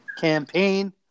campaign